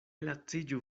laciĝu